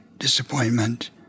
disappointment